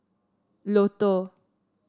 Lotto